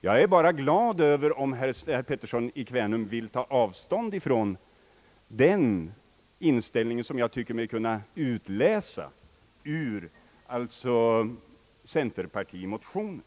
Jag är enbart glad om herr Pettersson vill ta avstånd från den inställning som jag tycker mig kunna utläsa ur centerpartimotionen.